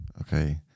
Okay